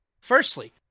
Firstly